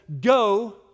go